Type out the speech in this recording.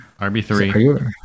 RB3